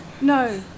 No